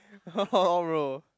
all bro